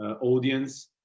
audience